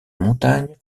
montagne